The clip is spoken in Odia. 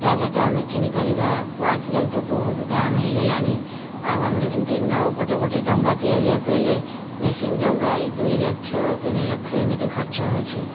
ଜାଲଟା ଆମେ କିଣିପାରିବା ଆଜି କାଲିତ ବହୁତ ଦାମ୍ ହୋଇଗଲାଣି ଆଉ ଆମର ଯେମିତି ନେଉ ଗୋଟିଏ ଗୋଟିଏ ଡଙ୍ଗା ତିଆରିଆକୁ ହେଲେ ମେସିନ୍ ଡଙ୍ଗା ଦୁଇଲକ୍ଷ ତିନିଲକ୍ଷ ଏମିତି ଖର୍ଚ୍ଚ ହେଉଛି